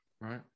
right